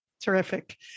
Terrific